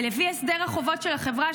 ולפי הסדר החובות של החברה,